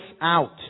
out